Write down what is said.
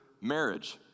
marriage